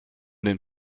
den